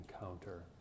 encounter